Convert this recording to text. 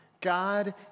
God